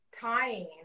tying